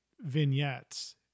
vignettes